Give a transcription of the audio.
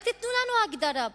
רק תיתנו לנו הגדרה פה.